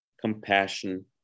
compassion